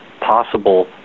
possible